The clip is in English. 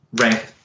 rank